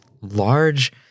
large